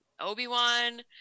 obi-wan